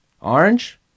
Orange